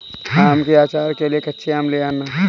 आम के आचार के लिए कच्चे आम ले आना